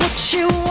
to